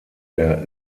der